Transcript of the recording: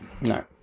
No